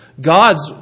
God's